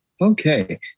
Okay